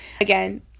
again